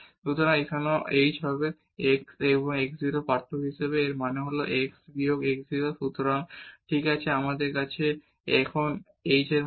সুতরাং এখানেও এখন h হবে x এবং x 0 এর পার্থক্য হিসাবে এর মানে হল x বিয়োগ x 0 সুতরাং ঠিক আমাদের আছে এটি এখানে h এর মত